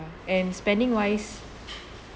and spending wise